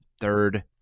Third